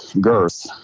girth